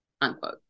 unquote